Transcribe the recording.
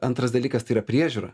antras dalykas tai yra priežiūra